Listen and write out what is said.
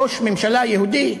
ראש ממשלה יהודי?